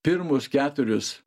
pirmus keturis